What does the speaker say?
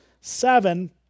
seven